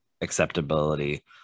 acceptability